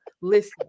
Listen